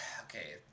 okay